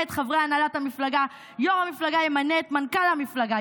את חברי הנהלת המפלגה"; "יו"ר המפלגה ימנה את מנכ"ל המפלגה";